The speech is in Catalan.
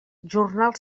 jornal